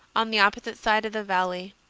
on the opposite side of the valley.